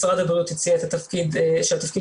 משרד הבריאות הציע את התפקיד ללמ"ס,